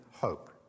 hope